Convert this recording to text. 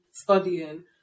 Studying